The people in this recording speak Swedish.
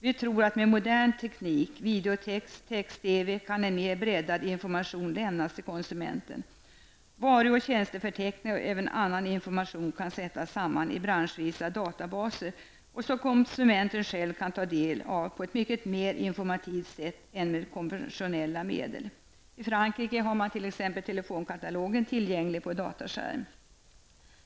Med modern teknik t.ex. videotex och text-TV kan en mer breddad information lämnas till konsumenten. Varu och tjänsteförteckningar och även annan information kan sättas samman i branschvisa databaser, som konsumenten själv kan ta del av på ett mycket mer informativt sätt än med konventionella medel. I Frankrike finns t.ex. telefonkatalogen tillgänglig på dataskärm.